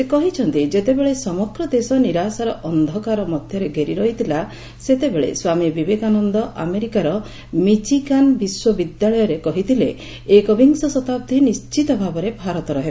ସେ କହିଛନ୍ତି ଯେତେବେଳେ ସମଗ୍ର ଦେଶ ନିରାଶାର ଅନ୍ଧକାର ମଧ୍ୟରେ ଘେରିରହିଥିଲା ସେତେବେଳେ ସ୍ୱାମୀ ବିବେକାନନ୍ଦ ଆମେରିକାର ମିଚିଗାନ୍ ବିଶ୍ୱବିଦ୍ୟାଳୟରେ କହିଥିଲେ ଏକବିଂଶ ଶତାଦ୍ଦୀ ନିଣ୍ଚିତ ଭାବରେ ଭାରତର ହେବ